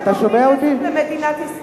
אתם גורמים לנזק למדינת ישראל.